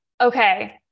Okay